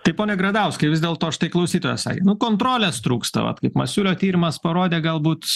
tai pone gradauskai vis dėlto štai klausytojas nu kontrolės trūksta vat kaip masiulio tyrimas parodė galbūt